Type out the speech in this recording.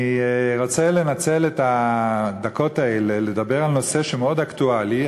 אני רוצה לנצל את הדקות האלה לדבר על נושא מאוד אקטואלי,